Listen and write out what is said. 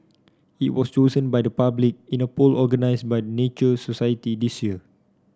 it was chosen by the public in a poll organised by the Nature Society this year